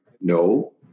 No